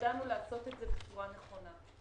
וידענו לעשות את זה בצורה נכונה.